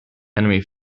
enemy